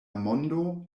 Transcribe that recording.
mondo